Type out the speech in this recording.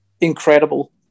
incredible